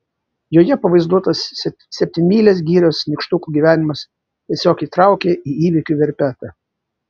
joje pavaizduotas septynmylės girios nykštukų gyvenimas tiesiog įtraukė į įvykių verpetą